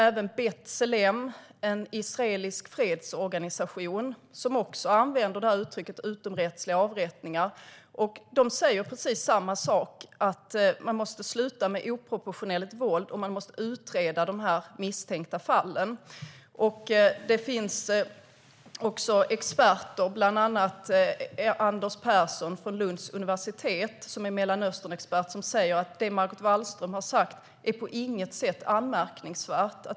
Även B'Tselem, en israelisk fredsorganisation, använder uttrycket utomrättsliga avrättningar. De säger precis samma sak: Man måste sluta med oproportionerligt våld, och man måste utreda de misstänkta fallen. Det finns också experter, bland andra Anders Persson som är Mellanösternexpert vid Lunds universitet, som säger: Det som Margot Wallström har sagt är på inget sätt anmärkningsvärt.